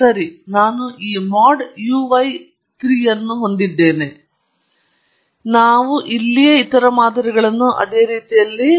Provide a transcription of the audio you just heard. ಸರಿ ನಾನು ಈ ಮಾಡ್ uy 3 ಅನ್ನು ಹೊಂದಿದ್ದೇನೆ ನಾವು ಇಲ್ಲಿಯೇ ಇತರ ಮಾದರಿಗಳನ್ನು ಅದೇ ರೀತಿಯಲ್ಲಿ